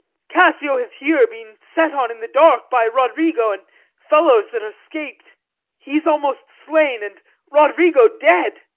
cassio hath here been set on in the dark by roderigo, and fellows that are scap'd he's almost slain, and roderigo dead.